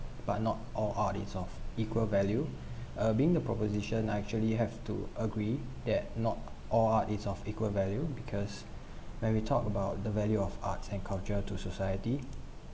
but not all arts is of equal value uh being the proposition I actually have to agree that not all art is of equal value because when we talk about the value of arts and culture to society